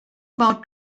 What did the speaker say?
about